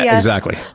yeah exactly.